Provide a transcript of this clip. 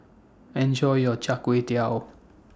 Enjoy your Char Kway Teow